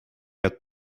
had